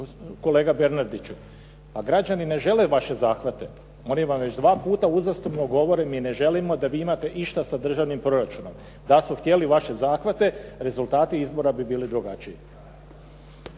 kolega Bernardiću pa građani ne žele vaše zahvate, oni vam već dva puta uzastopno govore mi ne želimo da vi imate išta sa državnim proračunom. Da su htjeli vaše zahvate rezultati izbora bi bili drugačiji.